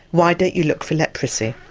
why don't you look for leprosy.